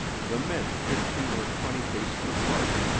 the men fifteen or twenty paces apart,